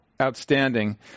outstanding